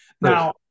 Now